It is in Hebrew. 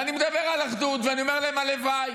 ואני מדבר על אחדות, ואני אומר להן, הלוואי.